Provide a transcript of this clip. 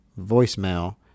voicemail